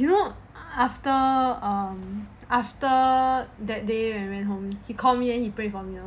you know after um after that they day they home he call me and he play from you